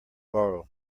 borrow